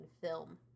film